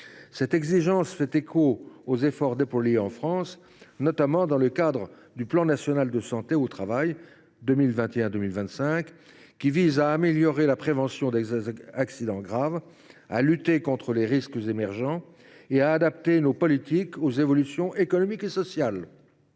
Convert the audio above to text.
Cette exigence fait écho aux efforts déployés en France. Je pense à ceux qui sont accomplis dans le cadre du plan Santé au travail 2021 2025, lequel vise à améliorer la prévention des accidents graves, à lutter contre les risques émergents et à adapter nos politiques aux évolutions économiques et sociales.